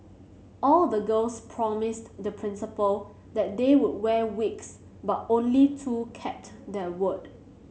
all the girls promised the Principal that they would wear wigs but only two kept their word